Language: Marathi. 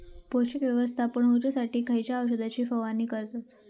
पोषक व्यवस्थापन होऊच्यासाठी खयच्या औषधाची फवारणी करतत?